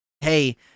Hey